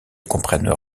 comprennent